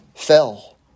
fell